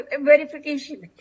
verification